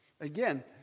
Again